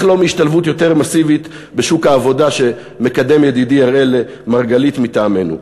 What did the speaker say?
לא מהשתלבות יותר מסיבית בשוק העבודה שמקדם ידידי אראל מרגלית מטעמנו.